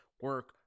Work